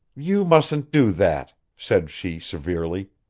you mustn't do that, said she severely,